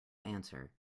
answer